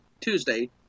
Tuesday